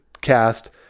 cast